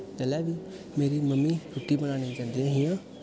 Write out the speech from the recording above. जेल्लै बी मेरी मम्मी रुट्टी बनाने गी जंदे हे